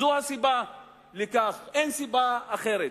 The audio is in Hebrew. זו הסיבה לכך, אין סיבה אחרת.